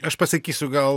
aš pasakysiu gal